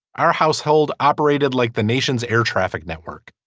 our household operated like the nation's air traffic network.